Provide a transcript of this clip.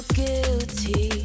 guilty